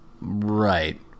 Right